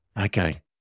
Okay